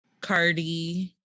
cardi